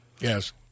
Yes